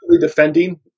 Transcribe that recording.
defending